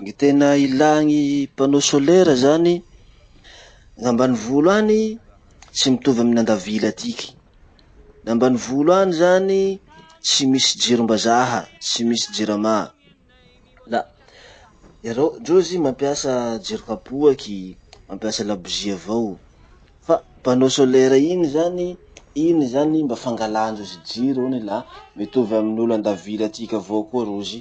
Gny tena ilà gny panneau solaire zany. Gn'ambanivolo any, tsy mitovy amin'andavily atiky. Ny ambanivolo any zany, tsy misy jirom-bazaha tsy misy JIRAMA la ere- ndrozy mampiasa jiro kapoaky mampiasa labozy avao. Fa panneau solaire iny zany, iny zany mba fangalàndrozy jiro iny la la mitovy amin'olo andavily atiky avao koa rozy.